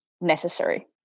necessary